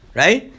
right